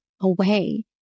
away